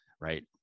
right